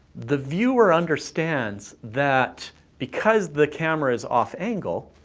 the viewer understands that because the camera is off-angle,